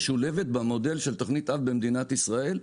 משולבת במודל של תכנית אב במדינת ישראל,